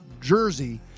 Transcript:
jersey